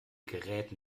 gerät